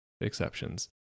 exceptions